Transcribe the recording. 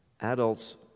adults